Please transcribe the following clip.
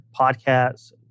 podcasts